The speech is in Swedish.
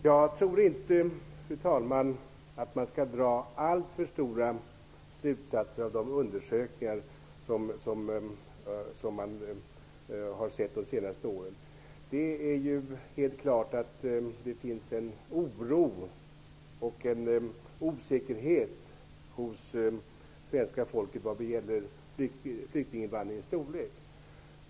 Fru talman! Jag tror inte att man skall dra alltför stora slutsatser av de undersökningar som vi har sett de senaste åren. Det är helt klart att det finns en oro och osäkerhet hos det svenska folket när det gäller flyktinginvandringens storlek.